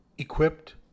Equipped